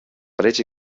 parets